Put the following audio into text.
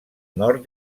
nord